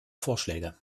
vorschläge